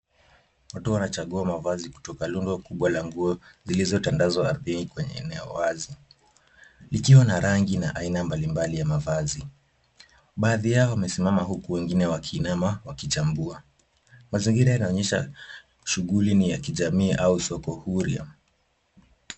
Watu wanachagua mavazi kutoka rundo kubwa la nguo zilizotandazwa ardhini kwenye eneo wazi likiwa na rangi na aina mbalimbali ya mavazi. Baadhi yao wamesimama huku wengine wakiinama wakichambua. Mazingira inaonyesha shughuli ni ya kijamii au soko huria.